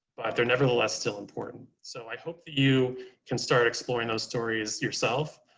but, they're nevertheless, still important. so i hope that you can start exploring those stories yourself.